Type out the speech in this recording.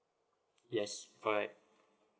yes correct